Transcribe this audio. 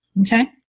okay